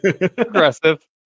aggressive